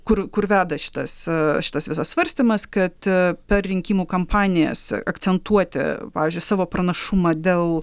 kur kur veda šitas šitas visas svarstymas kad per rinkimų kampanijas akcentuoti pavyzdžiui savo pranašumą dėl